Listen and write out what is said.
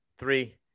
Three